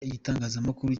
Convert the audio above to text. igitangazamakuru